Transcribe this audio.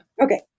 okay